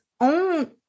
own